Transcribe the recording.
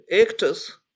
actors